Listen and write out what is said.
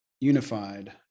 unified